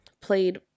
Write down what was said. played